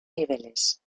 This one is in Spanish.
niveles